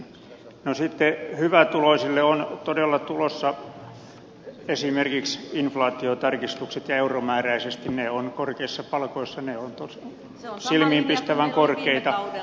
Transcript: no sitten hyvätuloisille on todella tulossa esimerkiksi inflaatiotarkistukset ja euromääräisesti korkeissa palkoissa ne ovat silmiinpistävän korkeita